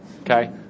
Okay